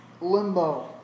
limbo